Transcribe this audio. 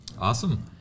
Awesome